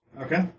Okay